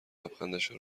لبخندشان